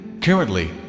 Currently